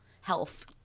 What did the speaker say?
health